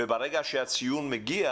וברגע שהציון מגיע